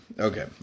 Okay